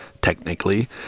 Technically